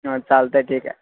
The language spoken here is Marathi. हा चालतं आहे ठीक आहे